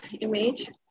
image